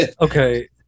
okay